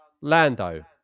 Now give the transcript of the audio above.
Lando